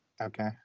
Okay